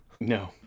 No